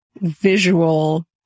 visual